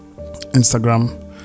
Instagram